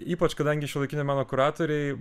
ypač kadangi šiuolaikinio meno kuratoriai